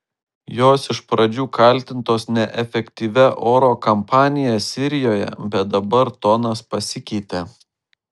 jos iš pradžių kaltintos neefektyvia oro kampanija sirijoje bet dabar tonas pasikeitė